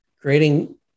creating